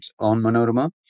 OnManorama